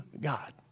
God